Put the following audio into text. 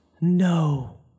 No